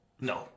No